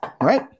right